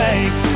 Take